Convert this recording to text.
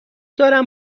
دارم